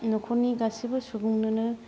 न'खरनि गासिबो सुबुंनोनो